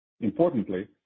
Importantly